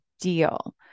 deal